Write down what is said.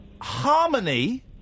harmony